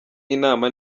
inama